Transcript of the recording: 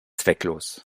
zwecklos